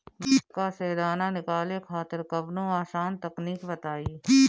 मक्का से दाना निकाले खातिर कवनो आसान तकनीक बताईं?